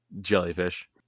Jellyfish